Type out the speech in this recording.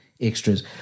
extras